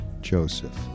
Joseph